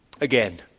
again